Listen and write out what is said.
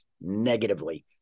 negatively